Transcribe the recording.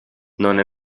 non